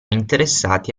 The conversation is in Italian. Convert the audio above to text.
interessati